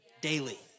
daily